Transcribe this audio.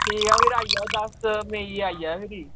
ठीक ऐ फिर आई जायो दस्स मई गी आई जायो फिरी